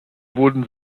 wurden